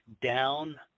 down